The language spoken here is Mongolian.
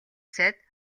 сайд